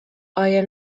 آیا